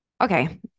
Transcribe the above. Okay